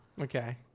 Okay